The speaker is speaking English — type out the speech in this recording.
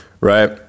right